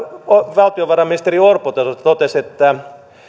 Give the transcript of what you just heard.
valtiovarainministeri orpo totesi että